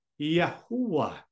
Yahuwah